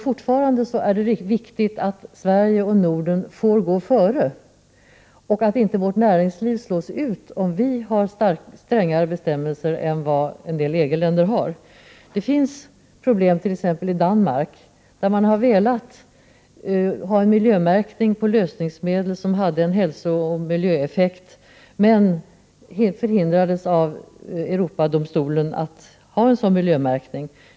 Fortfarande är det viktigt att Sverige och Norden får vara föregångare och att vårt näringsliv inte slås ut om vi har strängare bestämmelser än dem som en del EG-länder har. Det finns problem, t.ex. i Danmark. Där har man velat ha en miljömärkning på lösningsmedel med hälsooch miljöeffekter men hindrades av Europadomstolen att införa en sådan märkning.